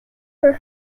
for